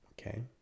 Okay